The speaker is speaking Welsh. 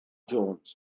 jones